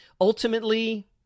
Ultimately